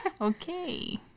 okay